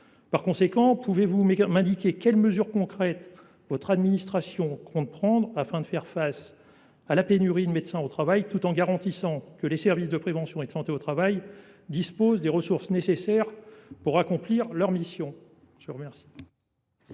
Aussi, pouvez vous m’indiquer quelles mesures concrètes le Gouvernement compte prendre pour faire face à la pénurie de médecins au travail, tout en garantissant que les services de prévention et de santé au travail disposent des ressources nécessaires pour accomplir leurs missions ? La parole